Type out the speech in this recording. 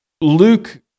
Luke